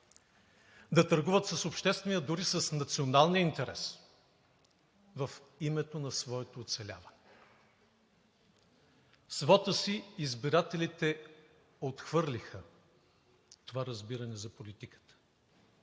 да търгуват с обществения, дори с националния интерес в името на своето оцеляване. С вота си избирателите отхвърлиха това разбиране за политиката,